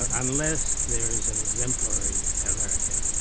ah unless there is an exemplary american.